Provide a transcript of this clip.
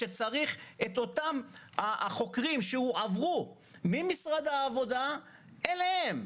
כשצריך את אותם חוקרים שהועברו ממשרד העבודה אליהם?